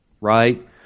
right